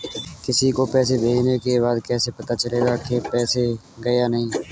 किसी को पैसे भेजने के बाद कैसे पता चलेगा कि पैसे गए या नहीं?